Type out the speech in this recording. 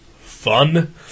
fun